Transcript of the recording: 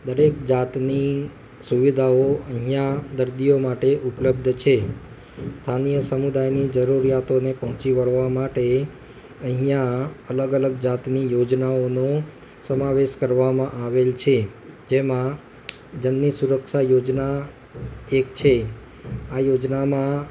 દરેક જાતની સુવિધાઓ અહીંયા દર્દીઓ માટે ઉપલબ્ધ છે સ્થાનિય સમુદાયની જરૂરિયાતોને પહોંચી વળવા માટે અહીંયા અલગ અલગ જાતની યોજનાઓનો સમાવેશ કરવામાં આવેલ છે જેમાં જનની સુરક્ષા યોજના એક છે આ યોજનામાં